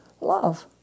love